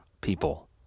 people